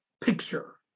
picture